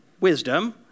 wisdom